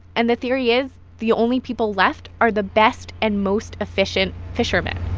and the theory is the only people left are the best and most efficient fishermen